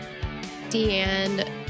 Deanne